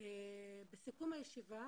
בסיכום הישיבה,